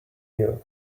you